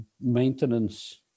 maintenance